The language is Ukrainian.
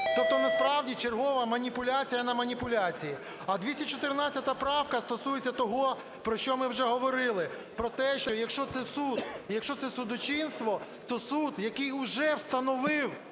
Тобто насправді чергова маніпуляція на маніпуляції. А 214 правка стосується того, про що ми вже говорили: про те, що якщо це суд, якщо це судочинство, то суд, який вже встановив,